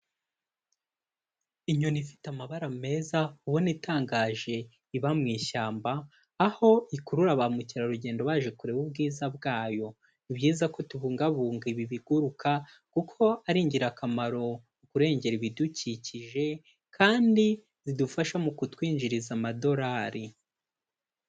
Inyoni ifite amabara meza ubona itangaje iba mushyamba, aho ikurura ba mukerarugendo baje kureba ubwiza bwayo. Ni byiza ko tubungabunga ibi biguruka kuko ari ingirakamaro kurengera ibidukikije kandi zidufasha mu kutwinjiriza amadorari.